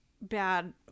bad